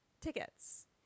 tickets